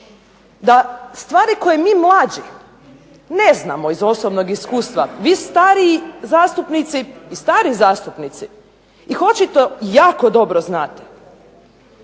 da stvari koje mi mlađi ne znamo iz osobnog iskustva vi stariji zastupnici i stari zastupnici ih očito jako dobro znate